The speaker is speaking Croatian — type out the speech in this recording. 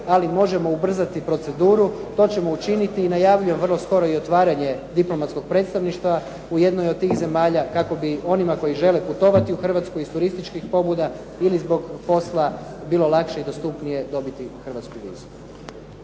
ali možemo ubrzati proceduru. To ćemo učiniti i najavljujem vrlo skoro i otvaranje diplomatskom predstavništva u jednoj od tih zemalja kako bi onima koji žele putovati u Hrvatsku iz turističkih pobuda ili zbog posla bilo lakše i dostupnije dobiti hrvatsku vizu.